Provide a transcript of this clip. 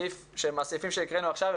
הסעיפים שהקראנו עכשיו,